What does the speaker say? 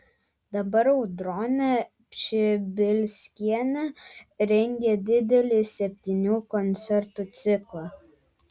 dabar audronė pšibilskienė rengia didelį septynių koncertų ciklą